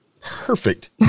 Perfect